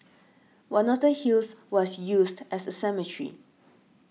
one of the hills was used as a cemetery